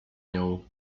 nią